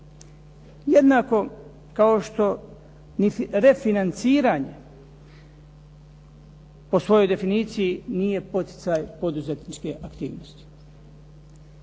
Jednako kao i refinanciranje po svojoj definiciji nije poticaj poduzetničke aktivnosti.